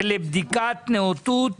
ולבדיקת נאותות